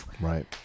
right